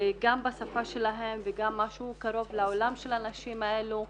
גם בשפה שלהם וגם משהו קרוב לעולם של הנשים האלה,